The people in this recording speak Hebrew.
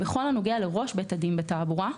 בכל הנוגע לראש בית הדין לתעבורה,